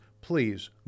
please